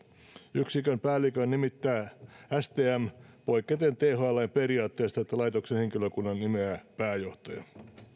yksikön päällikön nimittää stm poiketen thln periaatteesta että laitoksen henkilökunnan nimeää pääjohtaja